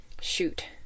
Shoot